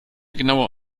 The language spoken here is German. genauer